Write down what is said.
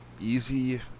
Easy